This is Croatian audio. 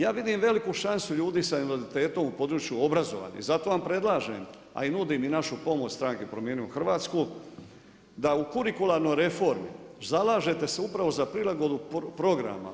Ja vidim veliku šansu ljudi sa invaliditetom u području obrazovanja i zato vam predlažem, a i nudim i našu pomoć stranke Promijenimo Hrvatsku, da u kurikularnoj reformi zalažete se upravo za prilagodbu programa.